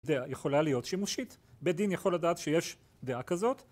דעה יכולה להיות שימושית, בית דין יכול לדעת שיש דעה כזאת..